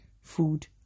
food